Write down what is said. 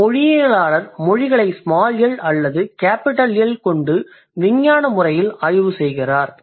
ஒரு மொழியியலாளர் மொழிகளை ஸ்மால் எல் அல்லது கேபிடல் எல் கொண்டு விஞ்ஞான முறையில் ஆய்வு செய்கிறார்